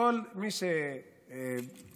כל מי שבקי